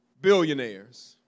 billionaires